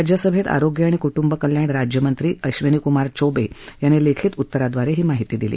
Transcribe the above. राज्यसभेत आरोग्य आणि कु बिकल्याण राज्यमंत्री अश्विनी कुमार चौबे यांनी लिखीत उत्तराद्वारे आज ही माहिती दिली